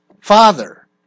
father